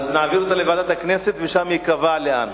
נעביר אותה לוועדת הכנסת ושם ייקבע לאן.